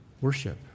worship